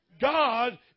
God